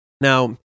Now